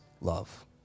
love